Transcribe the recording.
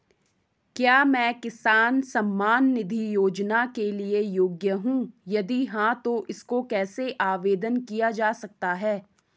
क्या मैं किसान सम्मान निधि योजना के लिए योग्य हूँ यदि हाँ तो इसको कैसे आवेदन किया जा सकता है?